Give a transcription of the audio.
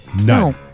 No